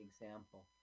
example